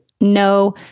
no